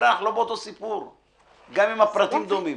אנחנו לא באותו סיפור, גם אם הפרטים דומים.